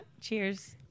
Cheers